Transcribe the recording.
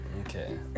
Okay